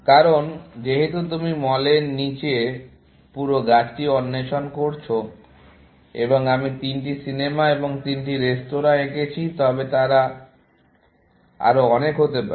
কারণ যেহেতু তুমি মলের নীচের পুরো গাছটি অন্বেষণ করেছো এবং আমি তিনটি সিনেমা এবং তিনটি রেস্তোরাঁ এঁকেছি তবে তারা আরো অনেক হতে পারে